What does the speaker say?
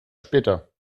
später